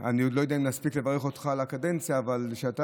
אני עוד לא יודע אם נספיק לברך אותך על הקדנציה שבה היית,